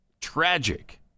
Tragic